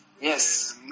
Yes